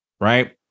right